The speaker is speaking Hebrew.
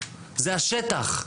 זה השטח,